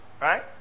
Right